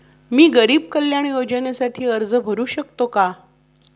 मी गरीब कल्याण योजनेसाठी अर्ज भरू शकतो का?